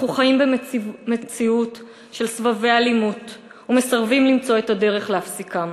אנחנו חיים במציאות של סבבי אלימות ומסרבים למצוא את הדרך להפסיקם.